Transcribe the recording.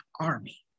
army